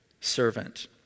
servant